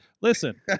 listen